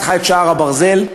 ופתחה את שער הברזל,